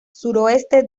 suroeste